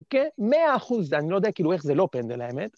אוקיי? מאה אחוז, אני לא יודע כאילו איך זה לא פנדל האמת.